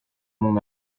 mon